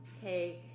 cake